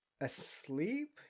asleep